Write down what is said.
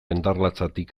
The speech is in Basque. endarlatsatik